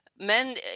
Men